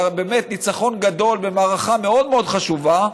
באמת ניצחון גדול במערכה מאוד מאוד חשובה,